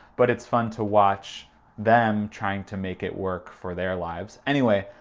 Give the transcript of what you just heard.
but it's fun to watch them trying to make it work for their lives. anyway,